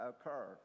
occur